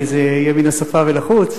כי זה יהיה מן השפה ולחוץ,